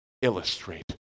illustrate